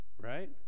right